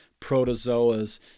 protozoas